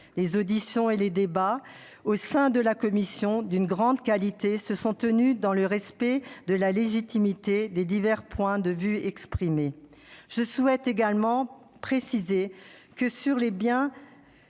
Les auditions et les débats au sein de la commission, d'une grande qualité, se sont tenus dans le respect de la légitimité des divers points de vue exprimés. Je souhaite également préciser que, sur bien